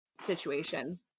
situation